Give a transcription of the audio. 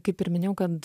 kaip ir minėjau kad